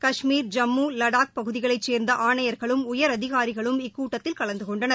கஷ்மீர் ஜம்முமற்றும் லடாக் பகுதிகளைச் சேர்ந்தஆணையர்களும் உயரதிகாரிகளும் இக்கூட்டத்தில் கலந்துகொண்டனர்